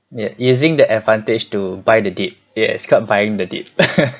yeah using the advantage to buy the dip yeah it's called buying the dip